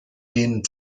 denen